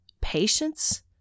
patience